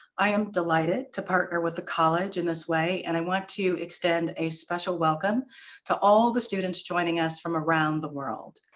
i am delighted to partner with the college in this way and i want to extend a special welcome to all the students joining us from around the world.